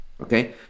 okay